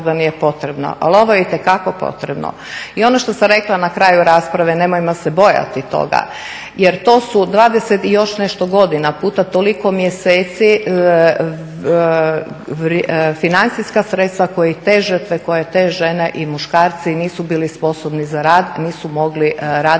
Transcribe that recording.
da nije potrebno ali ovo je itekako potrebno. I ono što sam rekla na kraju rasprave, nemojmo se bojati toga jer to su 20 i još nešto godina puta toliko mjeseci financijska sredstva koje te žrtve, koje te žene i muškarci nisu bili sposobni za rad, nisu mogli raditi,